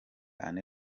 anne